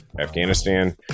Afghanistan